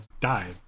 died